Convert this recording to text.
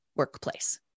Workplace